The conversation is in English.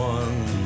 one